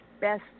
best